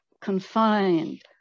confined